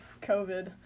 COVID